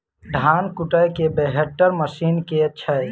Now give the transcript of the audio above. धान कुटय केँ बेहतर मशीन केँ छै?